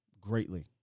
Greatly